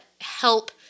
help